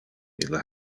ille